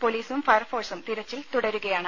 പൊലീസും ഫയർഫോഴ്സും തിരച്ചിൽ തുടരുകയാണ്